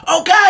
Okay